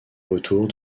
retours